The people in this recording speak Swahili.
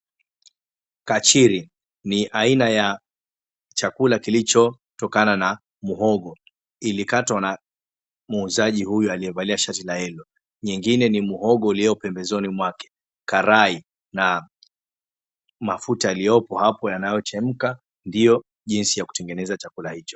Kachiri ni aina ya chakula kilichotokana na muhogo. Ilikatwa na muuzaji huyu aliyevalia shati la yellow . Nyingine ni muhogo uliyo pembezoni mwake, karai na mafuta yaliyopo hapo yanayochemka ndiyo jinsi ya kutengeneza chakula hicho.